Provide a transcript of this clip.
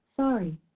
Sorry